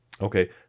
Okay